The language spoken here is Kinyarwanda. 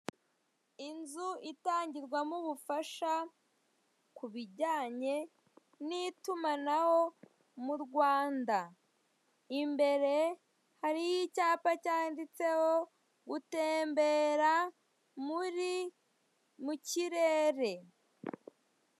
Inzu itangirwamo ubufasha kubijyanye n'itumanaho mu Rwanda, imbere hariho icyapa cyanditseho gutembera mu kirere.